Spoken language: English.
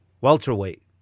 welterweight